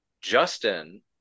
Justin